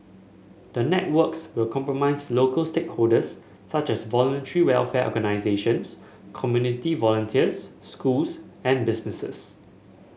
the networks will comprise local stakeholders such as Voluntary Welfare Organisations community volunteers schools and businesses